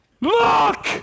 look